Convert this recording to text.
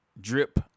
drip